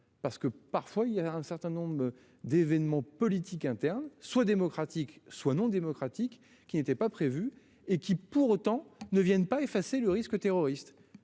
parce que parfois il y a un certain nombre d'événements politiques internes soit démocratique soit non démocratique qui n'était pas prévu et qui pour autant ne viennent pas effacer le risque terroriste